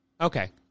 Okay